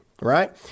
Right